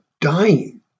dying